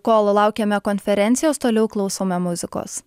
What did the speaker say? kol laukiame konferencijos toliau klausome muzikos